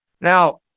Now